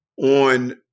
on